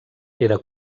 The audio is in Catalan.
era